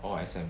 or S_M